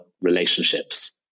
relationships